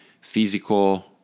physical